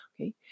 Okay